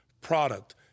product